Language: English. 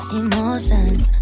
emotions